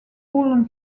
woollen